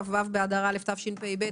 כ"ו באדר א' תשפ"ב.